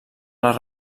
les